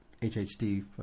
HHD